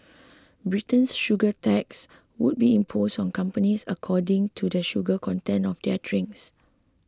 Britain's sugar tax would be imposed on companies according to the sugar content of their drinks